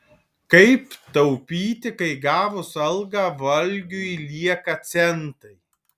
kaip taupyti kai gavus algą valgiui lieka centai